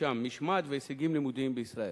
משמעת והישגים לימודיים בישראל,